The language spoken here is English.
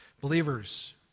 Believers